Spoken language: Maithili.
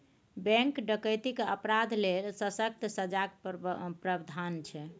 बैंक डकैतीक अपराध लेल सक्कत सजाक प्राबधान छै